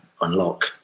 unlock